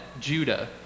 Judah